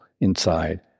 inside